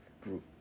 group